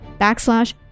backslash